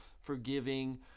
forgiving